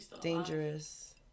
dangerous